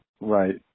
Right